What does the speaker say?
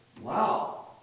Wow